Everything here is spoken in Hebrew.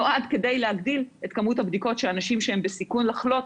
נועד כדי להגדיל את כמות הבדיקות של אנשים שהם בסיכון לחלות,